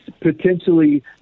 potentially